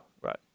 right